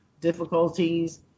difficulties